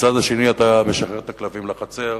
ומצד שני אתה משחרר את הכלבים לחצר